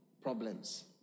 problems